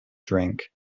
drank